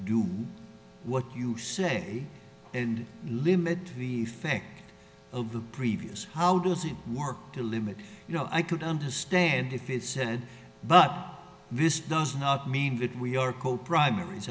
do what you say and limit the effect of the previous how does it work to limit you know i could understand if they said but this does not mean that we are quote primaries